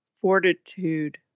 fortitude